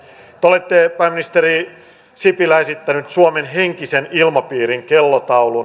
te olette pääministeri sipilä esittänyt suomen henkisen ilmapiirin kellotaulun